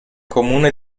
comune